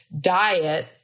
diet